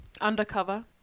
Undercover